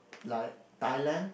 like Thailand